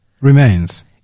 remains